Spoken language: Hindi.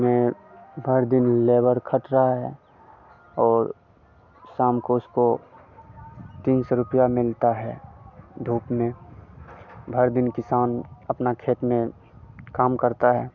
में भर दिन लेबर कट रहा है और शाम को उसको तीन सौ रुपया मिलता है धूप में भर दिन किसान अपना खेत में काम करता है